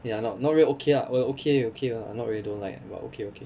ya not not really okay lah O okay okay lah not really don't like but okay okay